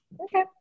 Okay